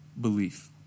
belief